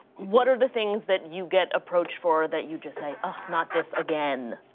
what are the things that you get approached for that you just say, oh, not this again.